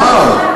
מה?